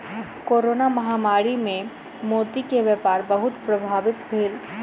corona महामारी मे मोती के व्यापार बहुत प्रभावित भेल